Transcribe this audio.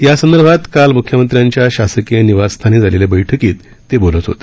यासंदर्भात काल मुख्यमंत्र्यांच्या शासकीय निवासस्थानी झालेल्या बैठकीत ते बोलत होते